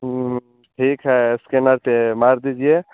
ठीक है स्कैनर से मार दीजिए